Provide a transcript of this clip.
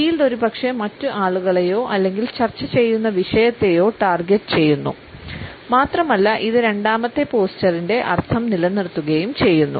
shield ഒരുപക്ഷേ മറ്റ് ആളുകളെയോ അല്ലെങ്കിൽ ചർച്ച ചെയ്യുന്ന വിഷയത്തെയോ ടാർഗെറ്റുചെയ്യുന്നു മാത്രമല്ല ഇത് രണ്ടാമത്തെ പോസ്ചറിന്റെ അർത്ഥം നിലനിർത്തുകയും ചെയ്യുന്നു